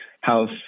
house